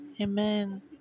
Amen